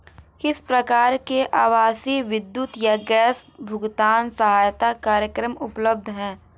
किस प्रकार के आवासीय विद्युत या गैस भुगतान सहायता कार्यक्रम उपलब्ध हैं?